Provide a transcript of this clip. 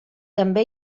també